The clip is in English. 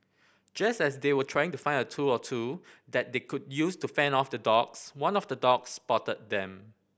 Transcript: just as they were trying to find a tool or two that they could use to fend off the dogs one of the dogs spotted them